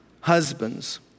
husbands